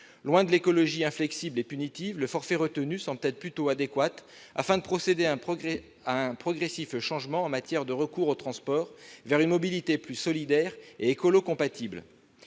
Loin de l'écologie inflexible et punitive, le forfait retenu semble plutôt adéquat, afin de procéder à un progressif changement, en matière de recours aux transports, vers une mobilité plus solidaire et écolo-compatible.